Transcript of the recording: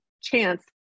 chance